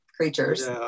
creatures